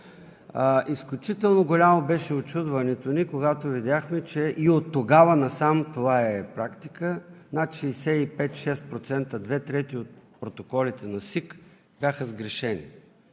Изключително голямо беше учудването ни, когато видяхме – и оттогава насам това е практика – че над 65 – 66%, две трети от протоколите на СИК бяха сгрешени,